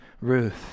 Ruth